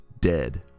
Dead